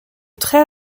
très